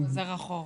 הוא חזר אחורה.